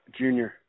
junior